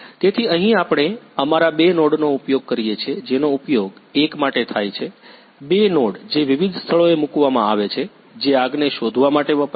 તેથી અહીં આપણે અમારા બે નોડનો ઉપયોગ કરીએ છીએ જેનો ઉપયોગ એક માટે થાય છે બે નોડ જે વિવિધ સ્થળોએ મૂકવામાં આવે છે જે આગને શોધવા માટે વપરાય છે